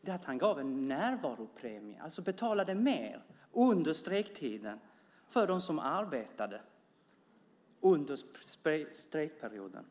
var att han gav en närvaropremie. Alltså betalade han mer till dem som arbetade under strejkperioden.